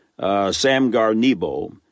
Samgar-Nebo